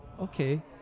okay